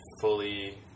fully